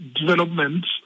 developments